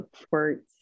support